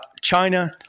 China –